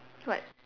what